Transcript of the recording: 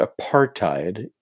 apartheid